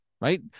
right